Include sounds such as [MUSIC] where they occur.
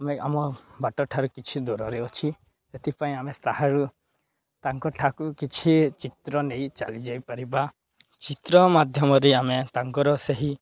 ଆମେ ଆମ ବାଟ ଠାରୁ କିଛି ଦୂରରେ ଅଛି ସେଥିପାଇଁ ଆମେ [UNINTELLIGIBLE] ତାଙ୍କ ଠାକୁ କିଛି ଚିତ୍ର ନେଇ ଚାଲି ଯାଇପାରିବା ଚିତ୍ର ମାଧ୍ୟମରେ ଆମେ ତାଙ୍କର ସେହି